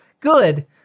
Good